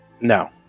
No